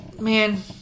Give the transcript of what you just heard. Man